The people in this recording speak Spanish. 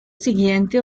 siguiente